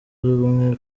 rumwe